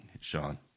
Sean